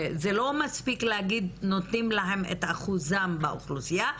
זה לא מספיק להגיד נותנים להם את אחוזם באוכלוסייה,